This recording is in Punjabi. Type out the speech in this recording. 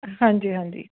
ਹਾਂਜੀ ਹਾਂਜੀ